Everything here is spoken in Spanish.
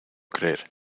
creer